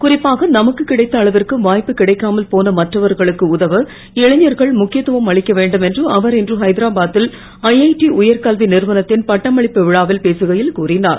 குறிப்பாக நமக்குக் கிடைத்த அளவிற்கு வாய்ப்பு கிடைக்காமல் போன மற்றவர்களுக்கு உதவ இளைஞர்கள் முக்கியத்துவம் அளிக்க வேண்டுமென்று அவர் இன்று ஹைதராபா தில் க்கடி உயர்கல்வி நிறுவனத்தின் பட்டமளிப்பு விழாவில் பேசகையில் கூறிஞர்